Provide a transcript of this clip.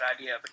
idea